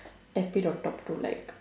tap it on top to like